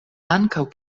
ankaŭ